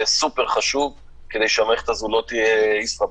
זה סופר חשוב כדי שהמערכת הזאת לא תהיה ישראבלוף.